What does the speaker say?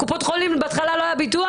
קופות החולים בהתחלה לא נתנו ביטוח,